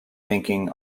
thinking